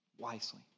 wisely